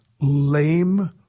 lame